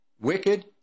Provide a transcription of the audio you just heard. wicked